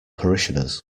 parishioners